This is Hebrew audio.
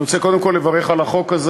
אני רוצה קודם כול לברך על החוק הזה.